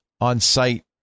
on-site